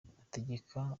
ategeka